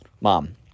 Mom